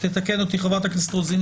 תתקן אותי חברת הכנסת רוזין,